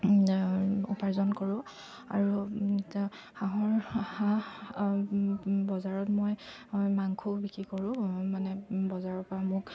উপাৰ্জন কৰোঁ আৰু হাঁহৰ হাঁহ বজাৰত মই মাংসও বিক্ৰী কৰোঁ মানে বজাৰৰপৰা মোক